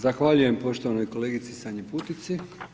Zahvaljujem poštovanoj kolegici Sanji Putici.